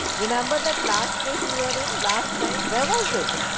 remember, that last place, we were in last time. where was it?